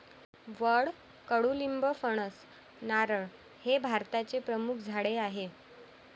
वड, कडुलिंब, फणस, नारळ हे भारताचे प्रमुख झाडे आहे